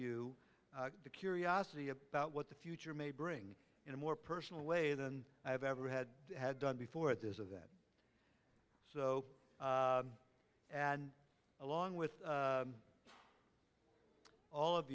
you the curiosity about what the future may bring in a more personal way than i have ever had had done before it is of that so and along with all of